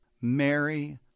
Mary